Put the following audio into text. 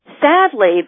Sadly